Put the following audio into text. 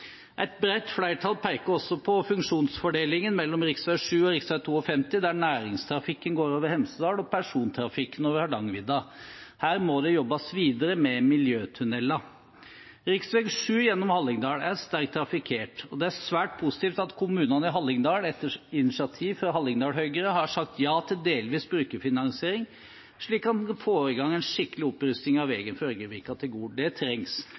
Et bredt flertall peker også på funksjonsfordelingen mellom rv. 7 og rv. 52, der næringstrafikken går over Hemsedal og persontrafikken over Hardangervidda. Her må det jobbes videre med miljøtunneler. Rv. 7 gjennom Hallingdal er sterkt trafikkert, og det er svært positivt at kommunene i Hallingdal, etter initiativ fra Hallingdal Høyre, har sagt ja til delvis brukerfinansiering, slik at en får i gang en skikkelig opprusting av veien fra Ørgenvika til Gol. Det trengs.